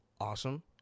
Awesome